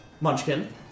Munchkin